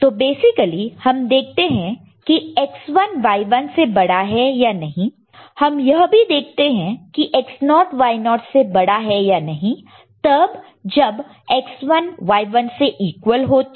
तो बेसिकली हम यह देखते हैं कि X1 Y1 से बड़ा है या नहीं हम यह भी देखते हैं की X0 naught naught Y0 naught naught से बड़ा है या नहीं तब जब X1 Y1 से ईक्वल हो तो